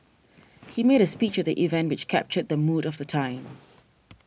he made a speech at the event which captured the mood of the time